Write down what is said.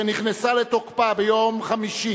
שנכנסה לתוקפה ביום חמישי,